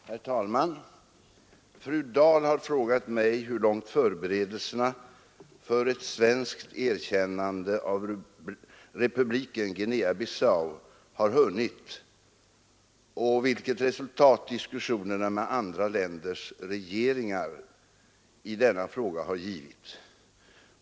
Herr talman! Fru Dahl har frågat mig hur långt förberedelserna för ett svenskt erkännande av republiken Guinea-Bissau har hunnit och vilket resultat diskussionerna med andra länders regeringar i denna fråga har givit.